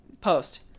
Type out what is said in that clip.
post